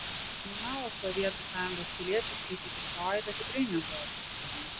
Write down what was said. na o sovietų sąjungos piliečiui skaityti froidą tikrai nebuvo patariama